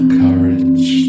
courage